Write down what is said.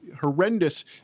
horrendous